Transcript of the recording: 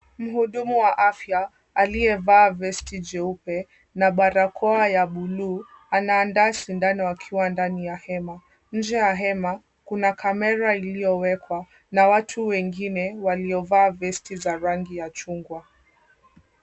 Mhudumu wa afya aliyevaa vest jeupe na barokoa ya blue anaandaa sindano akiwa ndani ya hema. Nje ya hema kuna kamera iliyowekwa na watu wengine waliovaa vest za rangi ya chungwa.